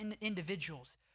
individuals